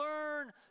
learn